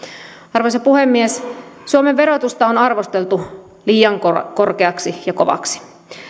arvoisa puhemies suomen verotusta on arvosteltu liian korkeaksi ja kovaksi